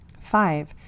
Five